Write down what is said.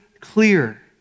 clear